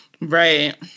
right